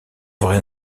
vrai